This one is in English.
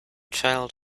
child